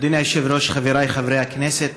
אדוני היושב-ראש, חבריי חברי הכנסת,